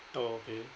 oh okay